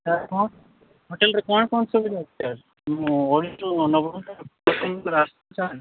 sir କ'ଣ ହୋଟେଲ୍ରେ କ'ଣ କ'ଣ ସୁବିଧା ଅଛି ସାର୍